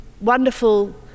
wonderful